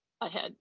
ahead